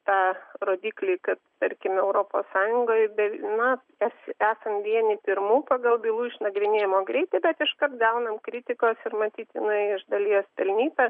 tą rodiklį kad tarkim europos sąjungoje be na mes esam vieni pirmų pagal bylų išnagrinėjimo greitį bet iškart gauname kritikos ir matyt jinai iš dalies pelnyta